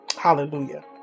Hallelujah